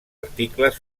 articles